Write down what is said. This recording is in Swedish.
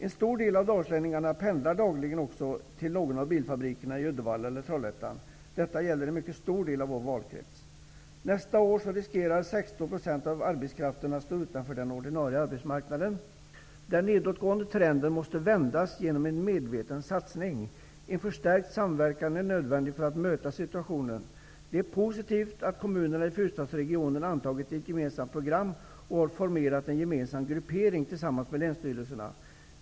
En stor del av dalslänningarna pendlar dagligen till någon av bilfabrikerna i Uddevalla eller Trollhättan. Detta gäller en mycket stor del av valkretsen. Nästa år riskerar 16 % av arbetskaften att stå utanför den ordinarie arbetsmarknaden. Den nedåtgående trenden måste vändas genom en medveten satsning. En förstärkt samverkan är nödvändig för att möta situationen. Det är positivt att kommunerna i fyrstadskretsen har antagit ett gemensamt program och att de har formerat en gemensam gruppering tillsammans med länsstyrelserna.